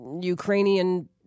Ukrainian